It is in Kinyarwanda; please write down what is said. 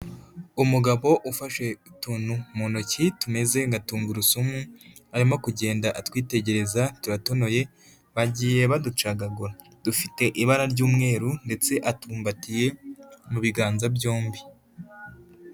Umugabo ufashe utuntu mu ntoki tumeze nga tungurusumu, arimo kugenda atwitegereza turatonoye, bagiye baducagagura, dufite ibara ry'umweru ndetse atubumbatiye mu biganza byombi.